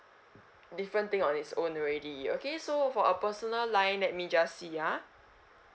different thing on its own already okay so for a personal line let me just see ah